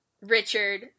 Richard